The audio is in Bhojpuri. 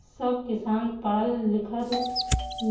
सब किसान पढ़ल लिखल